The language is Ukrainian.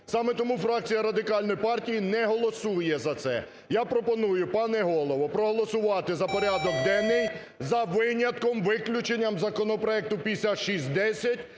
Саме тому фракція Радикальної партії не голосує за це. Я пропоную, пане Голово, проголосувати за порядок денний, за винятком, виключенням законопроекту 5610,